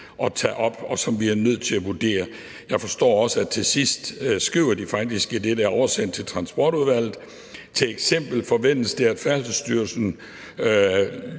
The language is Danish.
at tage op, og som vi er nødt til at vurdere. Til sidst skriver de faktisk også i det, der er oversendt til Transportudvalget: »Til eksempel forventes den af Færdselsstyrelsen